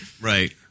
Right